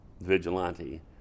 Vigilante